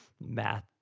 math